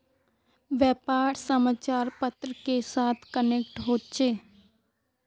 व्यापार समाचार पत्र के साथ कनेक्ट होचे?